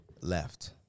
left